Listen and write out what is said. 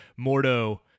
Mordo